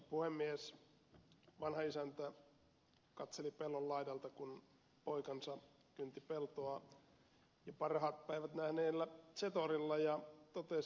vanha isäntä katseli pellon laidalta kun poikansa kynti peltoa jo parhaat päivänsä nähneellä zetorilla ja totesi